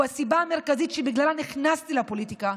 הוא הסיבה המרכזית שבגללה נכנסתי לפוליטיקה,